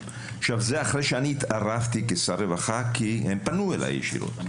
וזה אחרי שאני התערבתי כשר רווחה כי הם פנו אליי ישירות.